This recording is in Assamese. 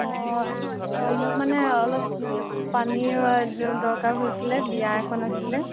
অঁ মোক মানে অলপ পানী দৰকাৰ হৈছিলে বিয়া এখন আছিলে